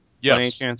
Yes